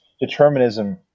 determinism